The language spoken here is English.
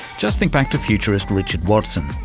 just think back to futurist richard watson.